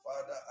Father